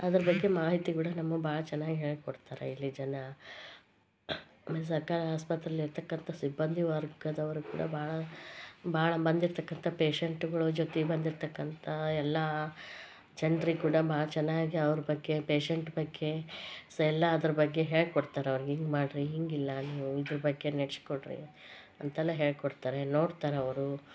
ಅದ್ರ ಬಗ್ಗೆ ಮಾಹಿತಿ ಕೂಡ ನಮಗೆ ಭಾಳ ಚೆನ್ನಾಗ್ ಹೇಳ್ಕೊಡ್ತಾರೆ ಇಲ್ಲಿ ಜನ ಮತ್ತು ಸರ್ಕಾರಿ ಆಸ್ಪತ್ರೇಲಿ ಇರ್ತಕ್ಕಂಥ ಸಿಬ್ಬಂದಿ ವರ್ಗದವರು ಕೂಡ ಭಾಳ ಭಾಳ ಬಂದಿರ್ತಕ್ಕಂಥ ಪೇಷಂಟ್ಗಳು ಜೊತೆಗ್ ಬಂದಿರ್ತಕ್ಕಂಥ ಎಲ್ಲ ಜನ್ರಿಗೆ ಕೂಡ ಭಾಳ ಚೆನ್ನಾಗಿ ಅವ್ರ ಬಗ್ಗೆ ಪೇಷಂಟ್ ಬಗ್ಗೆ ಸಹ ಎಲ್ಲಾದ್ರ ಬಗ್ಗೆ ಹೇಳ್ಕೊಡ್ತಾರೆ ಅವ್ರು ಹೀಗೆ ಮಾಡಿರಿ ಹೀಗಿಲ್ಲ ನೀವು ಇದ್ರ ಬಗ್ಗೆ ನಡೆಸ್ಕೊಡ್ರಿ ಅಂತೆಲ್ಲಾ ಹೇಳಿಕೊಡ್ತಾರೆ ನೋಡ್ತಾರೆ ಅವರು